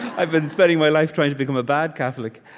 i've been spending my life trying to become a bad catholic